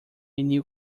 new